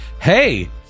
hey